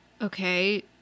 Okay